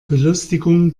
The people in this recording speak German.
belustigung